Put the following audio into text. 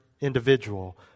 individual